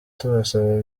tubasaba